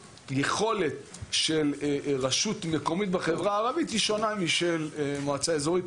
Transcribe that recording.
היכולת של רשות מקומית בחברה הערבית היא שונה משל מועצה אזורית,